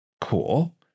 cool